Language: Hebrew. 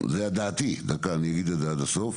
זו דעתי, אני אגיד את זה עד הסוף.